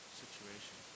situation